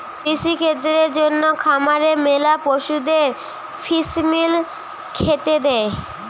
কৃষিক্ষেত্রের জন্যে খামারে ম্যালা পশুদের ফিস মিল খেতে দে